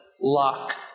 lock